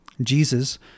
Jesus